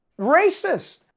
racist